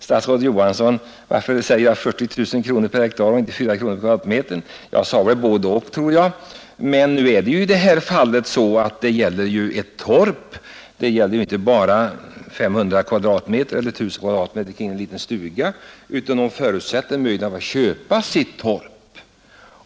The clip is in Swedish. Statsrådet Johansson frågade varför jag nämnde 40 000 kronor per hektar och inte 4 kronor per kvadratmeter, men jag tror att jag sade bådadera. Men i det här fallet gäller det ju ett torp och inte bara 500 eller 1000 kvadratmeter kring en liten stuga; vederbörande förutsätter möjligheten att köpa hela sitt torp.